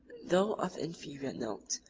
though of inferior note,